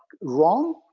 wrong